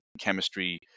chemistry